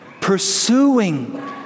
pursuing